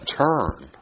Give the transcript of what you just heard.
turn